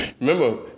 Remember